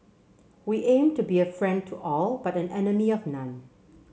we aim to be a friend to all but an enemy of none